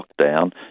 lockdown